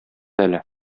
әле